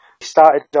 started